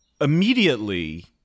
immediately